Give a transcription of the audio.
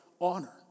honor